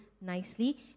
nicely